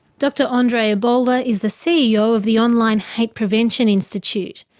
dr andre oboler is the ceo of the online hate prevention institute,